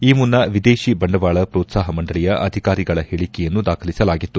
ಈ ಮುನ್ನ ವಿದೇಶಿ ಬಂಡವಾಳ ಪ್ರೋತ್ಸಾಹ ಮಂಡಳಿಯ ಅಧಿಕಾರಿಗಳ ಹೇಳಕೆಯನ್ನು ದಾಖಲಿಸಲಾಗಿತ್ತು